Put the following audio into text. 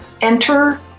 enter